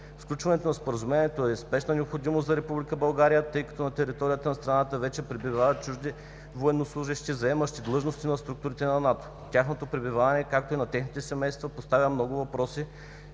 Сключването на Споразумението е спешна необходимост за Република България, тъй като на територията на страната вече пребивават чужди военнослужещи, заемащи длъжности в структурите на НАТО. Тяхното пребиваване, както и на техните семейства, поставя много въпроси,